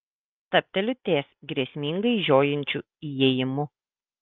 stabteliu ties grėsmingai žiojinčiu įėjimu